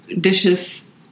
dishes